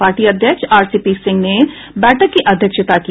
party अध्यक्ष RCP Singh ने बैठक की अध्यक्षता की